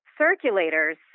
Circulators